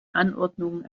anordnungen